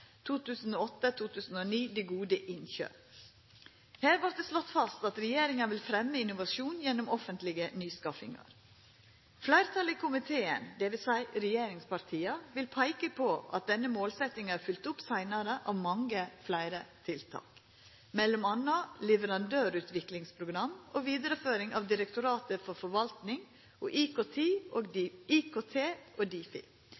gode innkjøp. Her vert det slått fast at regjeringa vil fremja innovasjon gjennom offentlege nyskaffingar. Fleirtalet i komiteen, dvs. regjeringspartia, vil peika på at denne målsetjinga er følgd opp seinare av mange fleire tiltak, m.a. leverandørutviklingsprogram og vidareføring av Direktoratet for forvaltning og